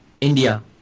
India